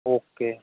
okay